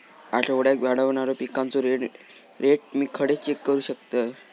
आठवड्याक वाढणारो पिकांचो रेट मी खडे चेक करू शकतय?